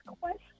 question